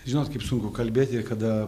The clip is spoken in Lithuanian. žinot kaip sunku kalbėti kada